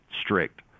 strict